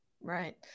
Right